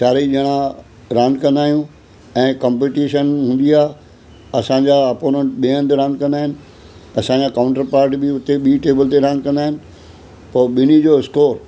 चारई ॼणा रांदि कंदा आहियूं ऐं कंपिटिशन हूंदी आ असांजा आपोनंट ॿिए हंधि रांदि कंदा आहिनि असांजा काउंटर पार्ट बि उते ॿी टेबल ते रांदि कंदा आहिनि पोइ ॿिन्ही जो स्कोर